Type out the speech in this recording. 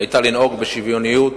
לנהוג בשוויוניות,